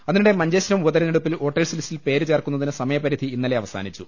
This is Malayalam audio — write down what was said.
അതിനിടെ മഞ്ചേശ്വരം ഉപതെരഞ്ഞെടുപ്പിൽ വോട്ടേഴ്സ് ലിസ്റ്റിൽ പേര് ചേർക്കുന്നതിന് സമയപരിധി ഇന്നലെ അവസാനി ച്ചു